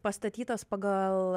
pastatytas pagal